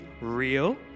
real